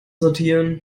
sortieren